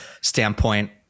standpoint